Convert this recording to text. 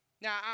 Now